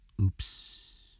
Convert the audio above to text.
Oops